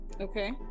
Okay